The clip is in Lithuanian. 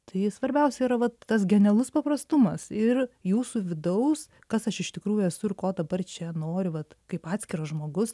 tai svarbiausia yra vat tas genialus paprastumas ir jūsų vidaus kas aš iš tikrųjų esu ir ko dabar čia noriu vat kaip atskiras žmogus